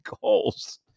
goals